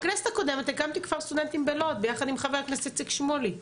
בכנסת הקודמת הקמתי כפר סטודנטים בלוד ביחד עם חבר הכנסת איציק שמולי.